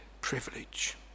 privilege